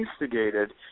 instigated